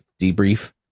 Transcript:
debrief